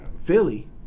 Philly